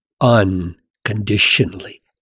unconditionally